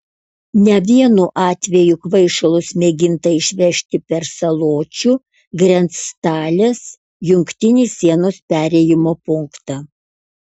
ne vienu atveju kvaišalus mėginta išvežti per saločių grenctalės jungtinį sienos perėjimo punktą